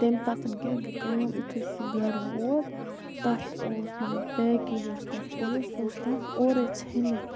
تمہِ پَتَن کیٛاہ گٔے کٲم یتھُے سُہ گَرٕ ووت تَتھ اوس مطلب پیکِنٛگ یۄس تَتھ ٲس سُہ اوس تَتھ اورَے ژھیٚنِتھ